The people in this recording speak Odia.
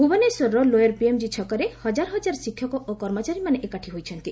ଭୁବନେଶ୍ୱରର ଲୋୟର ପିଏମ୍ଜି ଛକରେ ହଜାର ହଜାର ଶିକ୍ଷକ ଓ କର୍ମଚାରୀମାନେ ଏକାଠି ହୋଇଛନ୍ତି